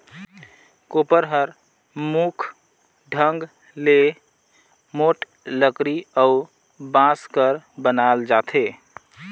कोपर हर मुख ढंग ले मोट लकरी अउ बांस कर बनाल जाथे